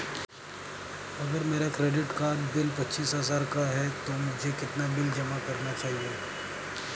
अगर मेरा credit card bill पच्चीस हजार का है तो मुझे कितना बिल जमा करना चाहिए?